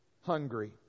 hungry